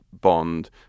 bond